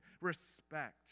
respect